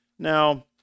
Now